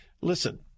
listen